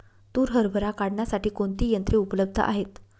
तूर हरभरा काढण्यासाठी कोणती यंत्रे उपलब्ध आहेत?